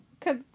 Cause